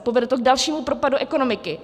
Povede to k dalšímu propadu ekonomiky.